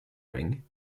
ring